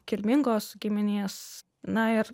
kilmingos giminės na ir